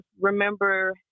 remember